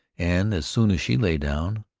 and as soon as she lay down,